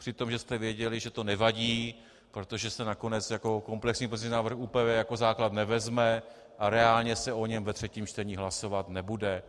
Přitom jste věděli, že to nevadí, protože se nakonec jako komplexní pozměňovací návrh ÚPV jako základ nevezme a reálně se o něm ve třetím čtení hlasovat nebude.